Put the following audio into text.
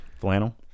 flannel